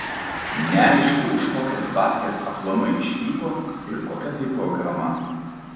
neaišku už kokias babkes aplamai išvyko ir kokia tai programa